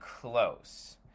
close